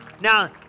now